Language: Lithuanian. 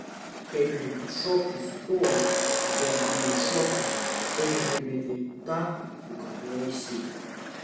kaip reikia šokti su tuo su kuo atėjai į šokius taip ir mylėti tą su kuriuo esi